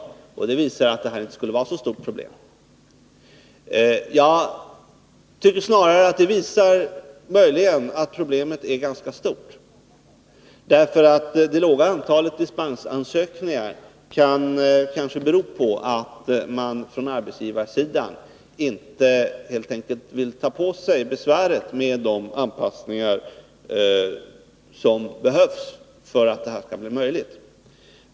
Det visar enligt hans uppfattning att det här inte skulle vara något stort problem. Jag tycker snarare att det visar att problemet möjligen är ganska stort. Det låga antalet dispensansökningar kan kanske bero på att man från arbetsgivarsidan helt enkelt inte vill ta på sig besväret med de ansökningar som behövs.